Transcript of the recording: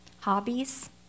Hobbies